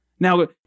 Now